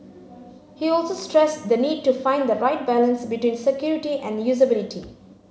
he also stressed the need to find the right balance between security and usability